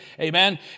Amen